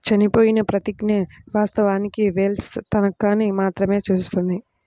చనిపోయిన ప్రతిజ్ఞ, వాస్తవానికి వెల్ష్ తనఖాని మాత్రమే సూచిస్తుంది